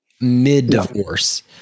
mid-divorce